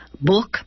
Book